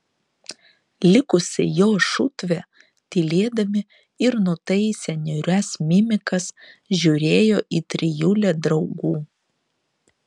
likusi jo šutvė tylėdami ir nutaisę niūrias mimikas žiūrėjo į trijulę draugų